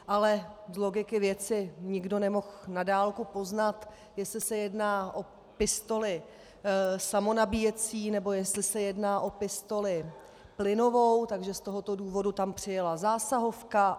Ale z logiky věci nikdo nemohl na dálku poznat, jestli se jedná o pistoli samonabíjecí, nebo jestli se jedná o pistoli plynovou, takže z tohoto důvodu tam přijela zásahovka.